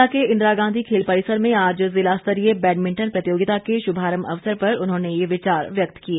शिमला के इंदिरा गांधी खेल परिसर में आज जिला स्तरीय बैडभिंटन प्रतियोगिता के शुभारंभ अवसर पर उन्होंने ये विचार व्यक्त किए